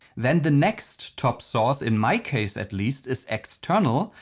then the next top source, in my case at least, is external.